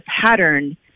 pattern